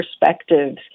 perspectives